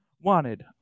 Wanted